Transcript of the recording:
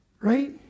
Right